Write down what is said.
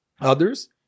others